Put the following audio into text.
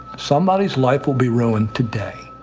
somebody's life will be ruined today